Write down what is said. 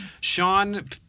Sean